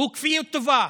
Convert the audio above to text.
הוא כפיות טובה